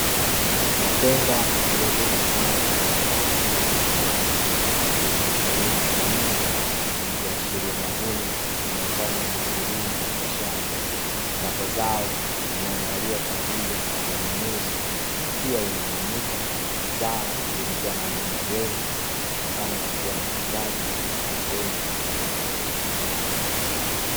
Matenga yaliyobeba zao la biashara aina ya nyanya zilizosheheni kwa wingi, zikiashiria mavuno yanayo fanywa kwa wingi na wakulima katika shamba. Ambapo zao linaandaliwa kwa ajili ya kupata wanunuzi. Pia inaaminika zao limekua na wanunuzi wengi kutokana na kuwa na uhitaji wa watu wengi katika jamii.